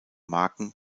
marken